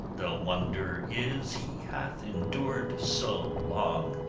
the wonder is, he hath endur'd so long